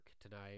tonight